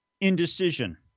indecision